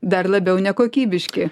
dar labiau nekokybiški